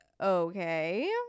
okay